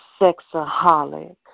sexaholic